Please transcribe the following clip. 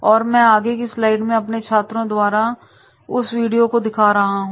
और मैं आगे की स्लाइड्स में अपने छात्रों द्वारा उस वीडियो को दिखा रहा हूं